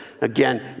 Again